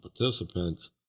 participants